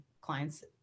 clients